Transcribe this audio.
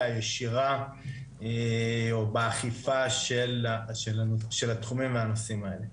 הישירה או באכיפה של התחומים והנושאים האלה.